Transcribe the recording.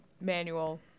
manual